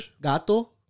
Gato